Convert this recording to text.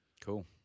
Cool